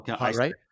right